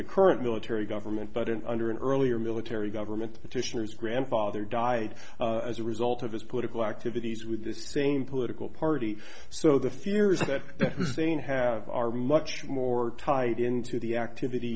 the current military government but in under an earlier military government petitioners grandfather died as a result of his political activities with the same political party so the fear is that hussein have are much more tied into the activity